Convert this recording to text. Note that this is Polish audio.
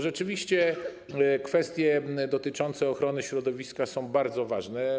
Rzeczywiście kwestie dotyczące ochrony środowiska są bardzo ważne.